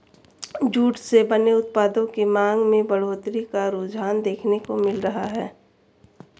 jute से बने उत्पादों की मांग में बढ़ोत्तरी का रुझान देखने को मिल रहा है